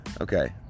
okay